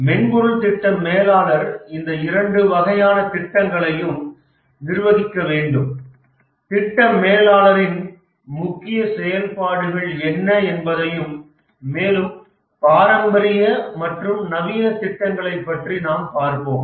மென்பொருள் திட்ட மேலாளர் இந்த இரண்டு வகையான திட்டங்களையும் நிர்வகிக்க வேண்டும் திட்ட மேலாளரின் முக்கிய செயல்பாடுகள் என்ன என்பதையும் மேலும் பாரம்பரிய மற்றும் நவீன திட்டங்களைப் பற்றி நாம் பார்ப்போம்